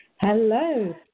Hello